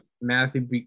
Matthew